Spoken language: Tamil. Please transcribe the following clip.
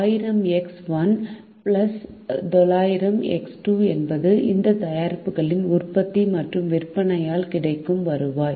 1000 எக்ஸ் 1 900 எக்ஸ் 2 என்பது இந்த தயாரிப்புகளின் உற்பத்தி மற்றும் விற்பனையால் கிடைக்கும் வருவாய்